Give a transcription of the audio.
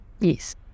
Yes